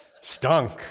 stunk